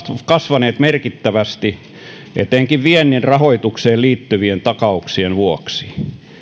kasvaneet merkittävästi etenkin viennin rahoitukseen liittyvien takauksien vuoksi